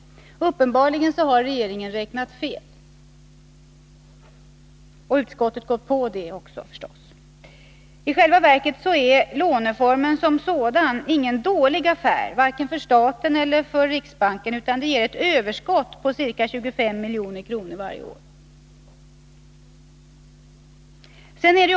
Uppenbarligen har regeringen räknat fel och utskottet missletts av detta. I själva verket är låneformen som sådan ingen dålig affär vare sig för staten eller för riksbanken utan ger ett överskott på ca 25 milj.kr. varje år.